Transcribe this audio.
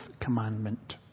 commandment